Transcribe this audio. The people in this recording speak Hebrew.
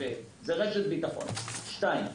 שנית,